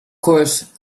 course